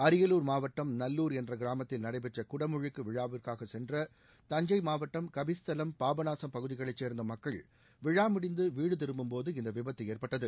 அரியலூர் மாவட்டம் நல்லூர் என்ற கிராமத்தில் நடைபெற்ற குடமுழுக்கு விழாவுக்காகச் சென்ற தஞ்சை மாவட்டம் கபிஸ்தலம் பாபநாசம் பகுதிகளைச் சேர்ந்த மக்கள் விழா முடிந்து வீடு திரும்பும்போது இந்த விபத்து ஏற்பட்டது